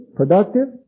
productive